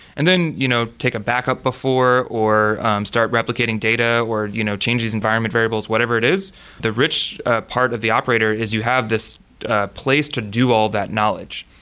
and then you know take a backup before, or start replicating data, or you know change these environment variables whatever it is the rich ah part of the operator is you have this place to do all that knowledge.